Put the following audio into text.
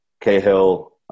Cahill